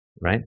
right